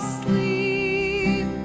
sleep